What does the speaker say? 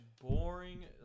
boring